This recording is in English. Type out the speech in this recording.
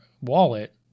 wallet